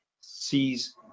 sees